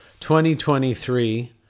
2023